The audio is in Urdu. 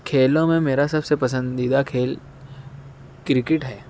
کھیلوں میں میرا سب سے پسندیدہ کھیل کرکٹ ہے